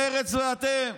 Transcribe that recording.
מרצ ואתם.